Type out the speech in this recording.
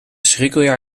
schrikkeljaar